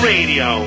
Radio